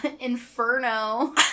inferno